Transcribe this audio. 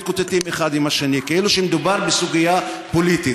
מתקוטטים אחד עם השני כאילו שמדובר בסוגיה פוליטית,